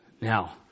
Now